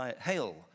Hail